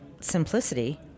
simplicity